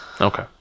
Okay